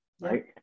right